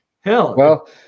hell